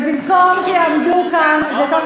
ובמקום שיעמדו כאן, כי אני